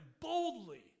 boldly